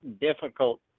difficult